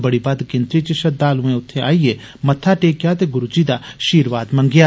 बड़ी बद्द गिनतरी च श्रद्वालुएं उत्थे आइयै मत्था टेकेया गुरु जी दा षीरवाद मंगेआ